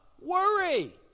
worry